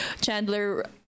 Chandler